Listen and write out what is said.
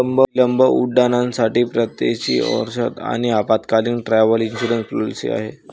विलंब उड्डाणांसाठी परदेशी औषध आपत्कालीन, ट्रॅव्हल इन्शुरन्स पॉलिसी आहे